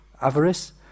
avarice